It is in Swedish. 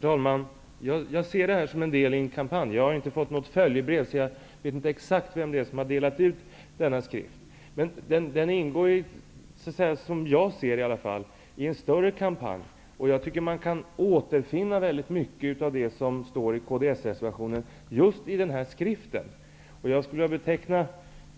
Herr talman! Jag ser det här som en del av en kampanj. Jag har inte fått något följebrev, så jag vet inte exakt vem det är som har delat ut denna skrift. Men den ingår, i varje fall som jag ser det hela, i en större kampanj. Jag tycker att väldigt mycket av det som står i Kds-reservationen återfinns just i den här skriften. Jag skulle vilja beteckna